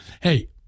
hey